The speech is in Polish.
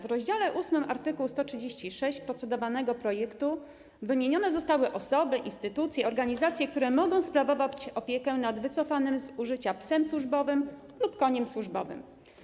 W rozdziale 8 art. 136 procedowanego projektu zostały wymienione osoby, instytucje, organizacje, które mogą sprawować opiekę nad wycofanym z użycia psem służbowym lub koniem służbowym.